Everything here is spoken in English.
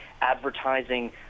advertising